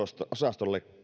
osastollekaan